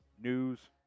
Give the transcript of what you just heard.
News